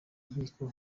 nkiko